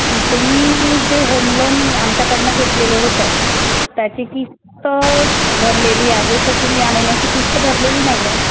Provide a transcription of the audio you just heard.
तुम्ही जे home loan आमच्याकडनं घेतलेलं होतं त्याची किस्त भरलेली आहे तर तुम्ही या महिन्याची किस्त भरलेली नाही आहे